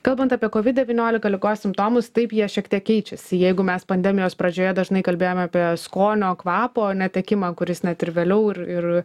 kalbant apie kovid devyniolika ligos simptomus taip jie šiek tiek keičiasi jeigu mes pandemijos pradžioje dažnai kalbėjome apie skonio kvapo netekimą kuris net ir vėliau ir ir